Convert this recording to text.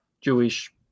Jewish